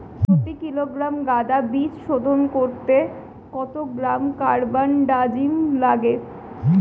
প্রতি কিলোগ্রাম গাঁদা বীজ শোধন করতে কত গ্রাম কারবানডাজিম লাগে?